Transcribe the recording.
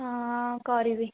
ହଁ କରିବି